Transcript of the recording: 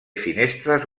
finestres